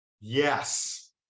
Yes